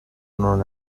non